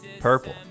Purple